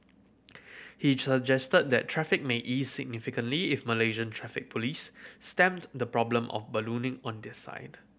he suggested that traffic may ease significantly if Malaysian Traffic Police stemmed the problem of ballooning on their side